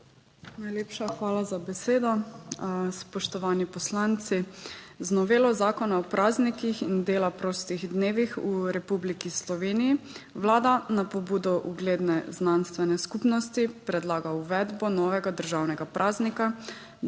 Najlepša hvala za besedo. Spoštovani poslanci! Z novelo zakona o praznikih in dela prostih dnevih v Republiki Sloveniji Vlada na pobudo ugledne znanstvene skupnosti predlaga uvedbo novega državnega praznika,